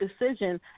decision